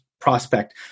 prospect